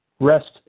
rest